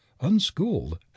unschooled